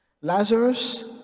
Lazarus